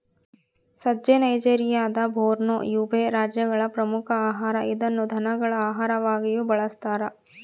ಸಜ್ಜೆ ನೈಜೆರಿಯಾದ Borno, Yobe ರಾಜ್ಯಗಳ ಪ್ರಮುಖ ಆಹಾರ ಇದನ್ನು ದನಗಳ ಆಹಾರವಾಗಿಯೂ ಬಳಸ್ತಾರ